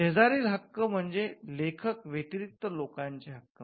शेजारील हक्क म्हणजे लेखक व्यतिरिक्त लोकांचे हक्क